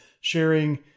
sharing